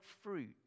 fruit